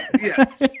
Yes